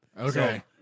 Okay